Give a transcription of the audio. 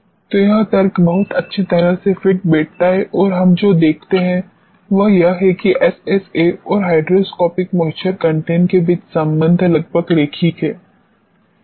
तो यह तर्क बहुत अच्छी तरह से फिट बैठता है और हम जो देखते हैं वह यह है कि एसएसए और हाइड्रोस्कोपिक मॉइस्चर कंटेंट के बीच संबंध लगभग रैखिक है